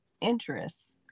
interests